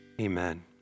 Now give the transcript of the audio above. Amen